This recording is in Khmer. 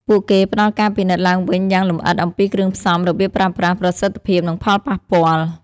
ពួកគេផ្តល់ការពិនិត្យឡើងវិញយ៉ាងលម្អិតអំពីគ្រឿងផ្សំ របៀបប្រើប្រាស់ ប្រសិទ្ធភាព និងផលប៉ះពាល់។